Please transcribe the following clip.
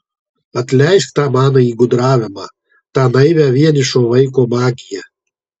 atleisk tą manąjį gudravimą tą naivią vienišo vaiko magiją